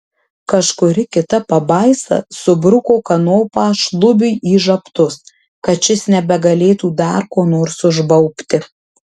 kažkuri kita pabaisa subruko kanopą šlubiui į žabtus kad šis nebegalėtų dar ko nors užbaubti